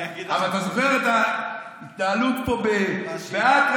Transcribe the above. אבל תסביר את ההתנהלות פה באטרף,